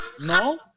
No